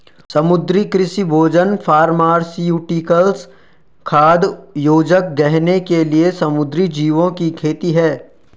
समुद्री कृषि भोजन फार्मास्यूटिकल्स, खाद्य योजक, गहने के लिए समुद्री जीवों की खेती है